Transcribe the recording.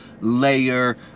layer